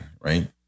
right